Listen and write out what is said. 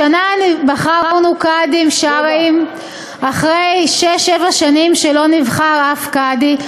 השנה בחרנו קאדים שרעיים אחרי שש שבע שנים שלא נבחר אף קאדי.